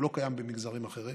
הוא לא קיים במגזרים אחרים.